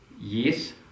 yes